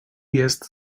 jest